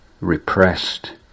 repressed